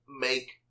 make